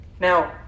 Now